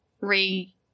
re